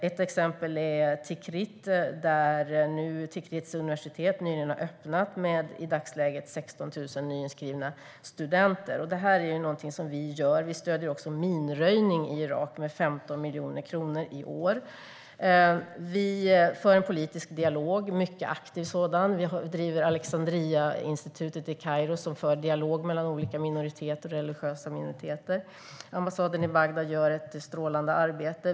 Ett exempel är Tikrit, där universitet nyligen har öppnats med i dagsläget 16 000 nyinskrivna studenter. Vi stöder också minröjning i Irak med 15 miljoner kronor i år. Vi för en mycket aktiv politisk dialog. Vi driver Alexandriainstitutet i Kairo, som för dialog mellan olika religiösa minoriteter. Ambassaden i Bagdad gör ett strålande arbete.